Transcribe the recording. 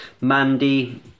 Mandy